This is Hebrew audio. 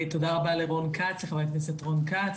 תודה רבה לחבר הכנסת לרון כץ,